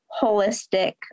holistic